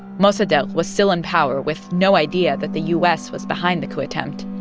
mossadegh was still in power with no idea that the u s. was behind the coup attempt.